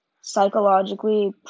psychologically